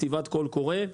כתיבת קול קורא.